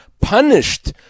punished